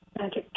Magic